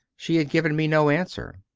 she had given me no answer.